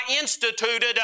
instituted